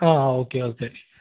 ആ okay okay